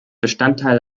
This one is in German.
bestandteil